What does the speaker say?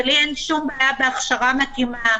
לי אין שום בעיה עם הכשרה מתאימה,